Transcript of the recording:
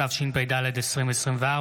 התשפ"ד 2024,